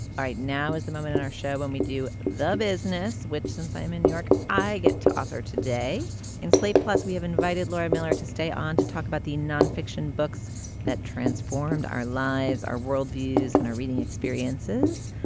now is the moment in our show when we do the business, which since i'm in new york, i get to author today in slate. plus, we have invited laura miller to stay on to talk about the nonfiction books that transformed our lives, our worldviews and our reading experiences.